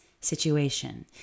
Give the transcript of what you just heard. situation